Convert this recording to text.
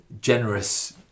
generous